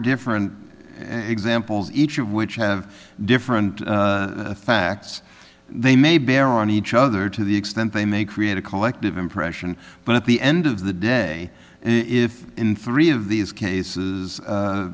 different examples each of which have different facts they may bear on each other to the extent they may create a collective impression but at the end of the day if in three of these cases